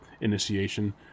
initiation